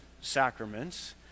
sacraments